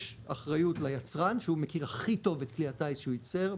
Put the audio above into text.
יש אחריות ליצרן שהוא מכיר הכי טוב את כלי הטייס שהוא יצר,